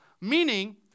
Meaning